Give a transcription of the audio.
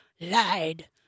lied